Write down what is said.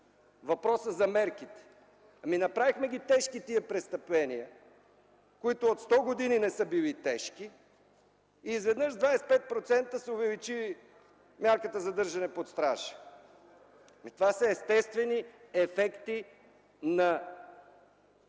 Въпросът за мерките. Направихме тежки престъпления, които от 100 години не са били тежки. Изведнъж с 25% се увеличава мярката „задържане под стража”. Това са естествени ефекти на